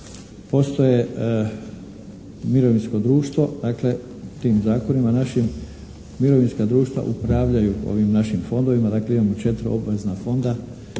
postoje mirovinsko društvo. Dakle, tim zakonima našim mirovinska društva upravljaju ovim našim fondovima. Dakle, imamo četiri obavezna fonda